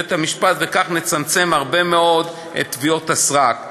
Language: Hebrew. בית-המשפט בכך מצמצם הגשת הרבה מאוד תביעות סרק.